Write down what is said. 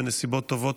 בנסיבות טובות,